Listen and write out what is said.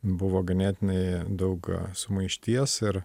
buvo ganėtinai daug sumaišties ir